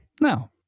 No